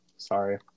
Sorry